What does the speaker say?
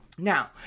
Now